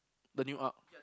the new arc